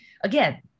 Again